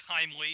timely